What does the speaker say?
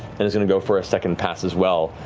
and is going to go for a second pass as well.